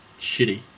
shitty